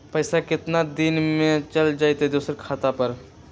पैसा कितना दिन में चल जाई दुसर खाता पर?